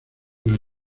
pero